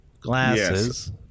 glasses